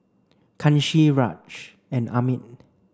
Kanshi Raj and Amit